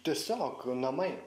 tiesiog namai